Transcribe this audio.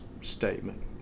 statement